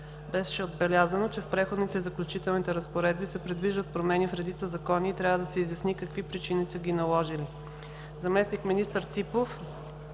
Беше отбелязано, че в Преходните и заключителни разпоредби се предвиждат промени в редица закони и трябва да се изясни какви причини са ги наложили.